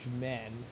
men